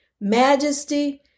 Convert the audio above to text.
majesty